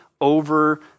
over